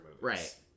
Right